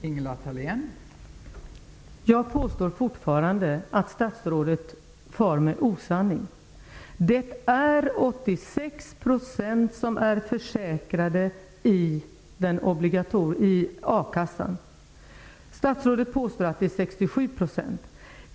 Fru talman! Jag påstår fortfarande att statsrådet far med osanning. Det är 86 % som är försäkrade i akassan. Statsrådet påstår att det är 67 %.